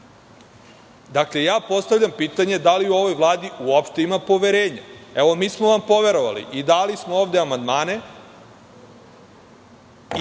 Dakle, postavljam pitanje – da li u ovoj Vladi uopšte ima poverenja? Mi smo vam poverovali i dali smo ovde amandmane. Imali